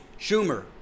Schumer